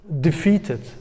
defeated